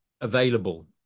available